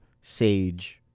sage